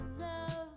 love